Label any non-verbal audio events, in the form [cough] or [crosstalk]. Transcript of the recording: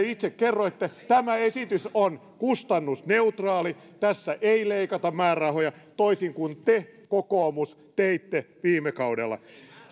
[unintelligible] itse kerroitte tämä esitys on kustannusneutraali tässä ei leikata määrärahoja toisin kuin te kokoomus teitte viime kaudella